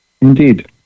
Indeed